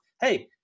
hey